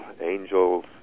angels